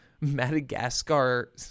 Madagascar